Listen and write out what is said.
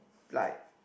like